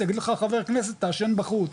יגידו לך 'חבר כנסת תעשן בחוץ',